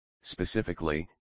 specifically